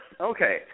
Okay